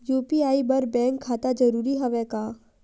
UPI बर bank खाता जरूरी हवय का?